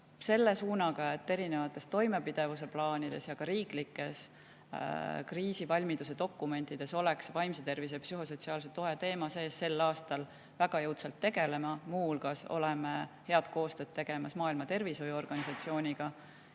Selle suunaga, et erinevates toimepidevuse plaanides ja riiklikes kriisivalmiduse dokumentides oleks vaimse tervise ja psühhosotsiaalse toe teema sees, me sel aastal väga jõudsalt tegeleme. Muu hulgas teeme head koostööd Maailma Terviseorganisatsiooniga